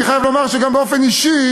אני חייב לומר שגם באופן אישי,